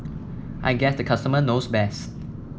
I guess the customer knows best